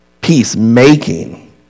Peacemaking